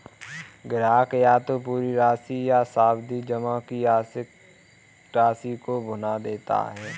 ग्राहक या तो पूरी राशि या सावधि जमा की आंशिक राशि को भुना सकता है